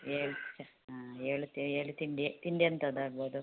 ಏಳು ಹಾಂ ಏಳು ಏಳು ತಿಂಡಿ ತಿಂಡಿ ಎಂಥದ್ದಾಗ್ಬೋದು